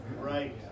Right